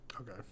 okay